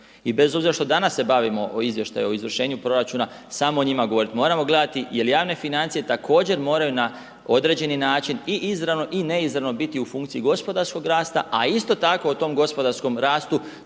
i bez obzira što danas se bavio o izvještaju o izvršenju proračuna samo o njima govorit moramo, gledati jer javne financije također moraju na određeni način i izravno i neizravno biti u funkciji gospodarskog rasta, a isto tako o tom gospodarskom rastu